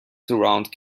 surround